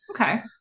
okay